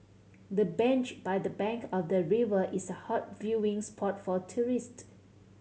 the bench by the bank of the river is a hot viewing spot for tourist